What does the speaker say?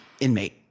Inmate